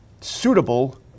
suitable